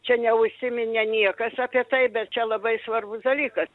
čia neužsiminė niekas apie tai bet čia labai svarbus dalykas